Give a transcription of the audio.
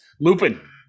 lupin